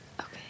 Okay